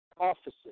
offices